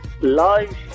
Live